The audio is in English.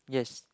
yes